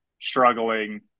struggling